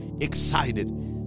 excited